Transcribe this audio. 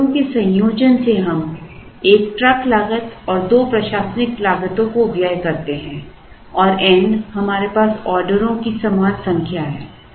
ऑर्डरों के संयोजन से हम 1 ट्रक लागत और 2 प्रशासनिक लागतों को व्यय करते हैं और n हमारे पास ऑर्डरों की समान संख्या है